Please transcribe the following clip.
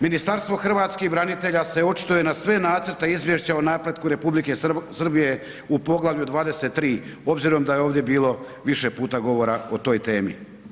Ministarstvo hrvatskih branitelja se očituje na sve nacrte izvješća o napretku Republike Srbije u Poglavlju 23. obzirom da je ovdje bilo više puta govora o toj temi.